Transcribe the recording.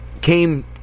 came